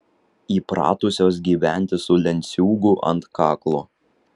įpratusios gyventi su lenciūgu ant kaklo